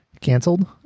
canceled